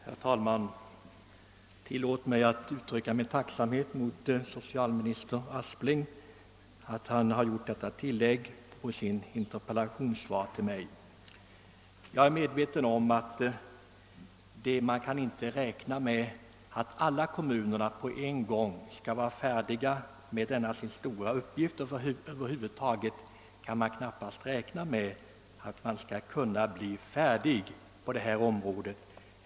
Herr talman! Tillåt mig uttrycka min tacksamhet mot socialminister Aspling för detta tillägg till hans interpellationssvar till mig. Jag är medveten om att man inte kan utgå ifrån att alla kommuner på en gång skall vara färdiga med denna sin stora uppgift, och över huvud taget kan man knappast räkna med att bli färdig på detta område.